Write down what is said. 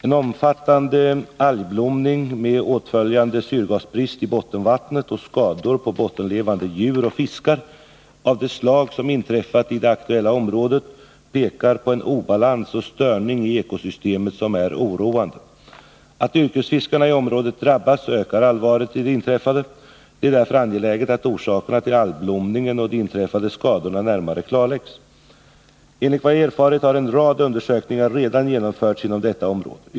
En omfattande algblomning, med åtföljande syrgasbrist i bottenvattnet och skador på bottenlevande djur och fiskar, av det slag som inträffat i det aktuella området pekar på en obalans och störning i ekosystemet som är oroande. Att yrkesfiskarna i området drabbas ökar allvaret i det inträffade. Det är därför angeläget att orsakerna till algblomningen och de inträffade skadorna närmare klarläggs. Enligt vad jag erfarit har en rad undersökningar redan genomförts inom detta område.